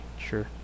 sure